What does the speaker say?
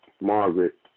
Margaret